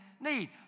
need